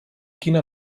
quina